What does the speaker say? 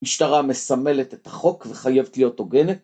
משטרה מסמלת את החוק, וחייבת להיות הוגנת.